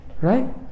right